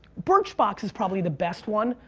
birchbox is probably the best one.